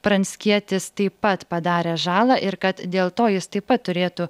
pranckietis taip pat padarė žalą ir kad dėl to jis taip pat turėtų